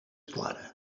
clara